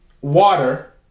water